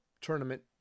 tournament